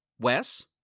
Wes